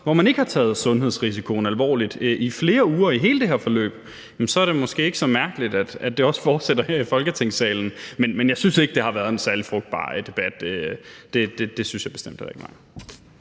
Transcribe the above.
hvor man ikke har taget sundhedsrisikoen alvorligt i flere uger i hele det her forløb, er det måske ikke så mærkeligt, at det også fortsætter her i Folketingssalen, men jeg synes ikke, det har været en særlig frugtbar debat. Det synes jeg bestemt heller